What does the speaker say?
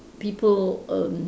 people erm